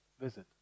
visit